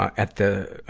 at the, ah,